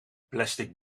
plastic